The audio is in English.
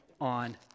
on